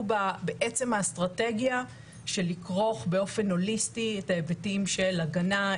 בעצם האסטרטגיה של לכרוך באופן הוליסטי את ההיבטים של הגנה,